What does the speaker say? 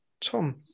Tom